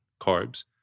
carbs